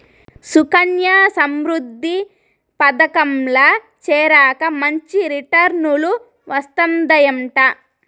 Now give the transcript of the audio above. సుకన్యా సమృద్ధి పదకంల చేరాక మంచి రిటర్నులు వస్తందయంట